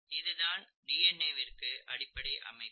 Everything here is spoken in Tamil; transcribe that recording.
இது தான் டிஎன்ஏ விற்கு அடிப்படை அமைப்பு